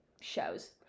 shows